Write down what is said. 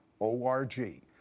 O-R-G